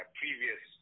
previous